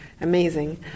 amazing